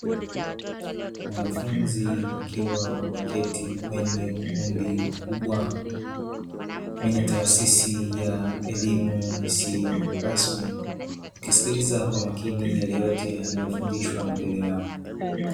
Wanafunzi wakiwa wameketi kwenye ukumbi mkubwa, kwenye taasisi ya elimu isiyo rasmi, wakisikiliza kwa makini yale yote yanayofundishwa mbele yao.